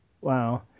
Wow